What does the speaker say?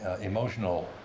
emotional